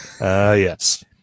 yes